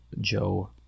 Joe